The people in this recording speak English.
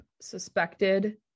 suspected